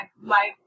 my-